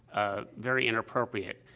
ah, very inappropriate.